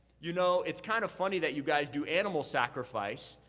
you know, it's kind of funny that you guys do animal sacrifice,